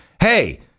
hey